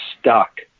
stuck